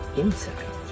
inside